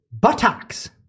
buttocks